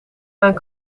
mijn